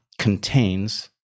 contains